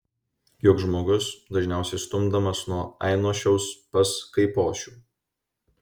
juk žmogus dažniausiai stumdomas nuo ainošiaus pas kaipošių